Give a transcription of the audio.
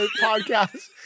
podcast